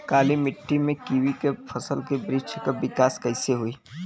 काली मिट्टी में कीवी के फल के बृछ के विकास कइसे होई?